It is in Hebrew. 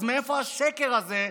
אז מאיפה השקר הזה,